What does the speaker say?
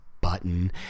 button